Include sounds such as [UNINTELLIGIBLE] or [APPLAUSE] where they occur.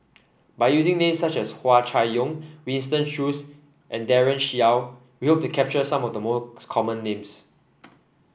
by using names such as Hua Chai Yong Winston Choos and Daren Shiau we hope to capture some of the [UNINTELLIGIBLE] common names